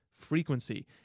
frequency